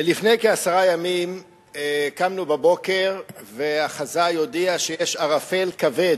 לפני כעשרה ימים קמנו בבוקר והחזאי הודיע שיש ערפל כבד,